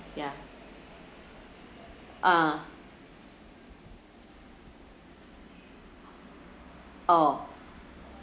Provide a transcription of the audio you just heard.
ya ah orh